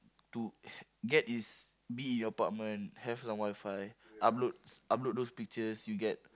to get is be in a apartment have some WiFi upload upload those pictures you get